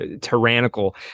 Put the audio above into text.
tyrannical